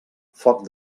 foc